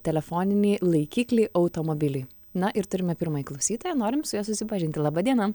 telefoninį laikiklį automobiliui na ir turime pirmąjį klausytoją norim su juo susipažinti laba diena